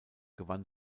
gewann